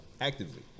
Actively